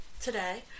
today